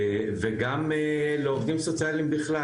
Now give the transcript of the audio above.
וגם לעובדים סוציאליים בכלל,